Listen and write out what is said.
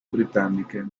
britanniche